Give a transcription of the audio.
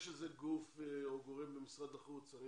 יש איזה גוף או גורם במשרד החוץ או